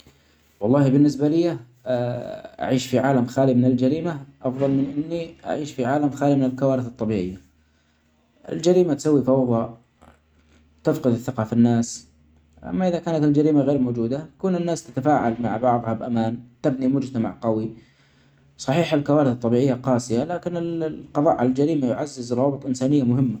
والله بالنسبة ليا أعيش في خالي من الجريمة أفظل من إني أعيش في عالم خالي من الكوارث الطبيعية. الجريمة تسوي فوظي ، تفقد الثقة في الناس ، أما إذا كانت الجريمة غير موجوده كون الناس تتفاعل مع بعضها بأمان، تبني مجتمع قوي ، صحيح الكوارث الطبيعية قاسية لكن ال-القضاء علي الجريمة يعزز روابط إنسانية مهمة.